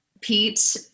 pete